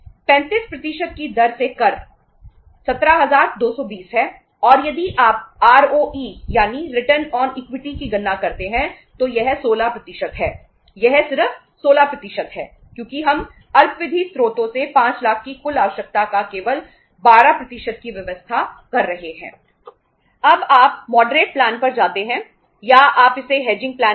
35 की दर से कर 17220 है और यदि आप आरओ ई प्लान कह सकते हैं